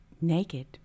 Naked